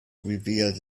reveals